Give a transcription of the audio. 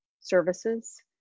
services